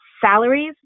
Salaries